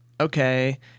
Okay